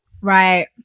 Right